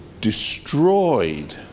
destroyed